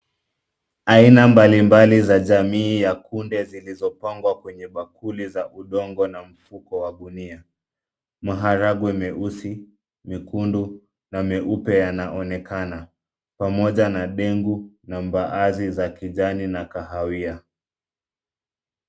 Aina mbalimbali za jamii ya kunde zilizopangwa kwenye bakuli za udongo na mfuko wa gunia. Maharagwe meusi, mekundu, na meupe yanaonekana, pamoja na dengu na mbaazi za kijani na kahawia.